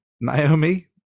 Naomi